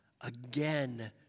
Again